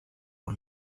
por